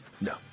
No